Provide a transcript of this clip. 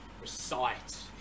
Recite